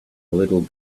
little